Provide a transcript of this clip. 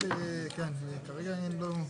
רביזיה.